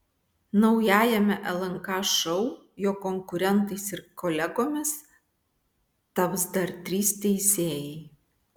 naujajame lnk šou jo konkurentais ir kolegomis taps dar trys teisėjai